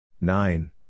Nine